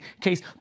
case